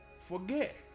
forget